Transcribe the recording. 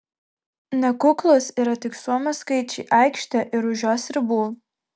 nekuklūs yra tik suomio skaičiai aikštėje ir už jos ribų